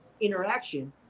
interaction